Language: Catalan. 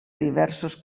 diversos